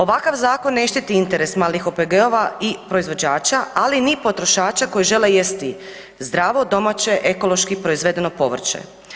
Ovakav zakon ne štiti interes malih OPG-a i proizvođača ali ni potrošača koji žele jesti zdravo, domaće, ekološki proizvedeno povrće.